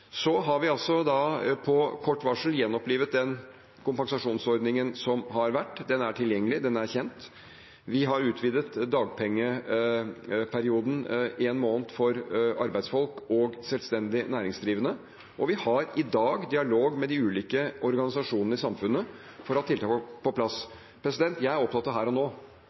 Vi har på kort varsel gjenopplivet den kompensasjonsordningen som har vært. Den er tilgjengelig, den er kjent. Vi har utvidet dagpengeperioden én måned for arbeidsfolk og selvstendig næringsdrivende, og vi har i dag dialog med de ulike organisasjonene i samfunnet for å ha tiltak på plass. Jeg er opptatt av her og nå,